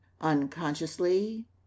unconsciously